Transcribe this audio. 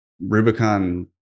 Rubicon